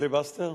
פיליבסטר?